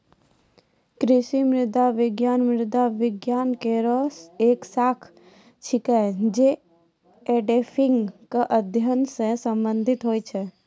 कृषि मृदा विज्ञान मृदा विज्ञान केरो एक शाखा छिकै, जे एडेफिक क अध्ययन सें संबंधित होय छै